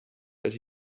that